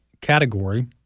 category